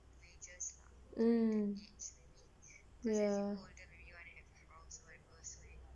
mm ya